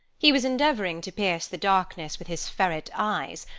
he was endeavouring to pierce the darkness with his ferret eyes,